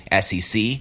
SEC